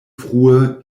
frue